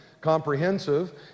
comprehensive